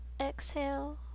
exhale